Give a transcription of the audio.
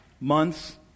months